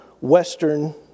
Western